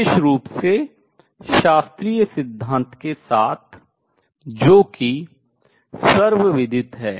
विशेष रूप से शास्त्रीय सिद्धांत के साथ जो कि सर्वविदित है